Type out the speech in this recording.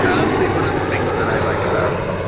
honestly, one of the things that i like about